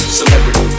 celebrity